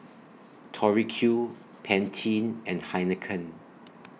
Tori Q Pantene and Heinekein